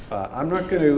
i'm not gonna